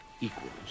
equals